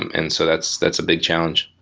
um and so that's that's a bit challenge.